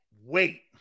wait